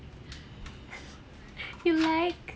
you like